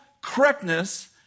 correctness